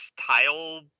tile